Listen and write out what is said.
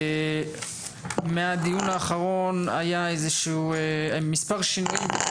מהדיון האחרון היו מספר שינויים.